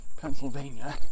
Pennsylvania